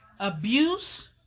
abuse